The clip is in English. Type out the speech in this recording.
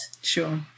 Sure